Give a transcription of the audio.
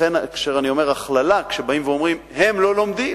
לכן אני אומר "הכללה" כשבאים ואומרים: הם לא לומדים.